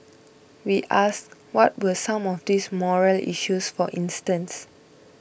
we asked what were some of these morale issues for instance